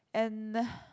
and